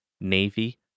Navy